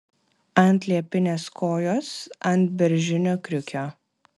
ant liepinės kojos ant beržinio kriukio